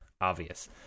obvious